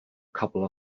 couple